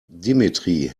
dmitry